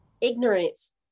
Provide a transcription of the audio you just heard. ignorance